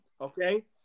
Okay